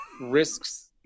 risks